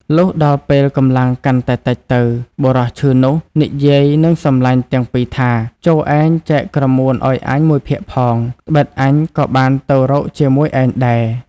លុះដល់ពេលកម្លាំងកាន់តែតិចទៅ បុរសឈឺនោះនិយាយនឹងសំឡាញ់ទាំងពីរថា "ចូរឯងចែកក្រមួនឲ្យអញមួយភាគផង ត្បិតអញក៏បានទៅរកជាមួយឯងដែរ"។